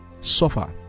suffer